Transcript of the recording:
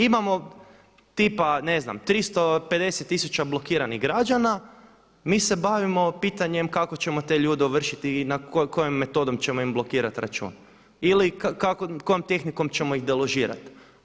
Imamo tipa ne znam, 350tisuća blokiranih građana, mi se bavimo pitanjem kako ćemo te ljude ovršiti i kojom metodom ćemo im blokirati račun ili kojom tehnikom ćemo ih deložirati.